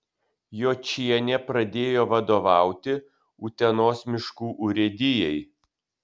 jočienė pradėjo vadovauti utenos miškų urėdijai